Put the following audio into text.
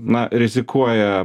na rizikuoja